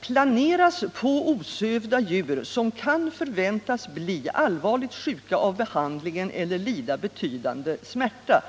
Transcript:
”planeras på osövda djur som kan förväntas bli allvarligt sjuka av behandlingen eller lida betydande smärta”.